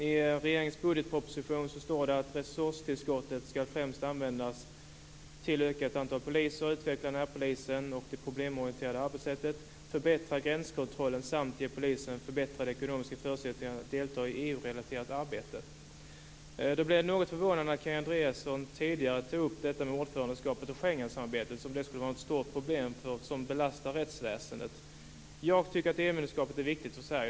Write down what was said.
I regeringens budgetproposition står det att resurstillskottet främst ska användas till ett ökat antal poliser, till att utveckla närpolisen och det problemorienterade arbetssättet, till förbättring av gränskontrollen samt till att ge polisen förbättrade ekonomiska förutsättningar att delta i EU-relaterat arbete. Jag blev något förvånad när Kia Andreasson tidigare tog upp ordförandeskapet och Schengensamarbetet som om detta skulle vara ett stort problem som belastar rättsväsendet. Jag tycker att EU medlemskapet är viktigt för Sverige.